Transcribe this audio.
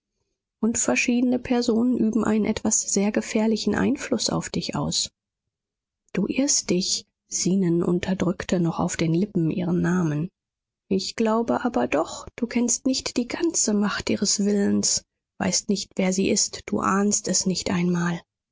und verschiedene personen üben einen etwas sehr gefährlichen einfluß auf dich aus du irrst dich zenon unterdrückte noch auf den lippen ihren namen ich glaub aber doch du kennst nicht die ganze macht ihres willens weißt nicht wer sie ist du ahnst es nicht einmal